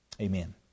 Amen